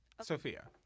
Sophia